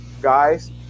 guys